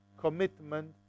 commitment